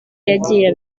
yagiye